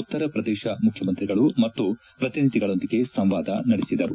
ಉತ್ತರ ಪ್ರದೇಶ ಮುಖ್ಲಮಂತ್ರಿಗಳು ಮತ್ತು ಪ್ರತಿನಿಧಿಗಳೊಂದಿಗೆ ಸಂವಾದ ನಡೆಸಿದರು